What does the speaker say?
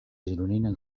gironina